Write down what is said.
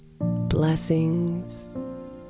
Blessings